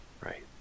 Right